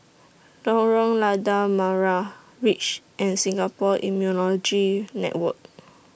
Lorong Lada Merah REACH and Singapore Immunology Network